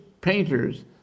painters